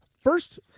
first